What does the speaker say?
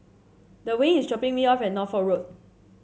Dwayne is dropping me off at Norfolk Road